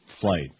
flight